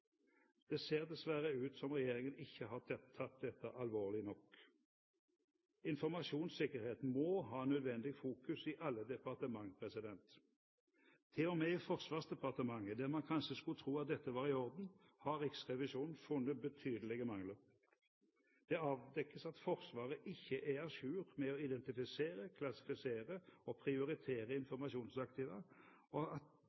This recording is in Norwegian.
Det ser dessverre ut som regjeringen ikke har tatt dette alvorlig nok. Informasjonssikkerheten må ha nødvendig fokus i alle departement. Til og med i Forsvarsdepartementet, der man kanskje skulle tro at dette var i orden, har Riksrevisjonen funnet betydelige mangler. Det avdekkes at Forsvaret ikke er à jour med å identifisere, klassifisere og prioritere informasjonsaktiva, og at